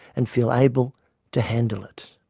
and feel able to handle it.